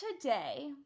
today